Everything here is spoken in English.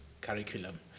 curriculum